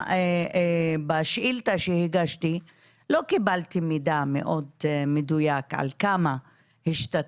בשאילתה שהגשתי לא קיבלתי מידע מאוד מדויק על כמה השתתפו.